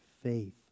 faith